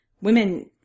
women